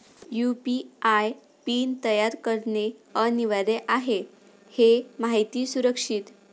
UPI PIN तयार करणे अनिवार्य आहे हे माहिती सुरक्षित